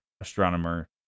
astronomer